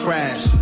Crash